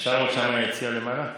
אפשר, בבקשה, ביציע למעלה?